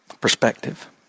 Perspective